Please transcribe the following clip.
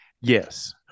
yes